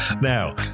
Now